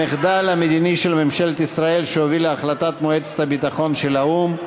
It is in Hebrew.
המחדל המדיני של ממשלת ישראל שהוביל להחלטה של מועצת הביטחון של האו"ם,